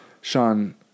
Sean